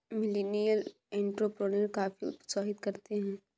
millennial entrepreneur काफी उत्साहित रहते हैं